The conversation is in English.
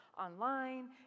online